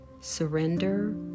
surrender